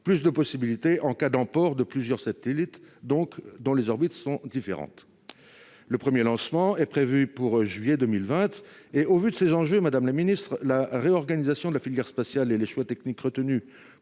plus de possibilités en cas d'emport de plusieurs satellites dont les orbites sont différentes. Le premier lancement est prévu pour juillet 2020. Au vu de ces enjeux, madame la ministre, la réorganisation de la filière spatiale et les choix techniques retenus